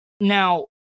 now